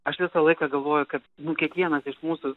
aš visą laiką galvoju kad nu kiekvienas iš mūsų